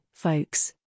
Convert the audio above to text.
folks